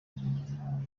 y’u